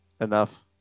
Enough